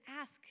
ask